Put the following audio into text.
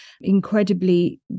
incredibly